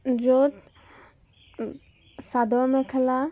য'ত চাদৰ মেখেলা